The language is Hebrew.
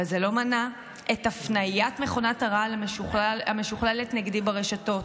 אבל זה לא מנע את הפניית מכונת הרעל המשוכללת נגדי ברשתות,